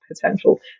potential